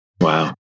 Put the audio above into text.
Wow